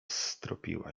stropiła